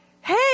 Hey